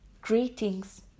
greetings